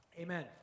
Amen